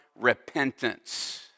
repentance